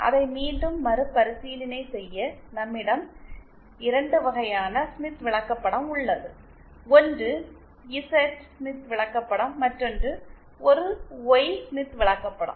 அதை மீண்டும் மறுபரிசீலனை செய்ய நம்மிடம் 2 வகையான ஸ்மித் விளக்கப்படம் உள்ளது ஒன்று இசட் ஸ்மித் விளக்கப்படம் மற்றொன்று ஒரு ஒய் ஸ்மித் விளக்கப்படம்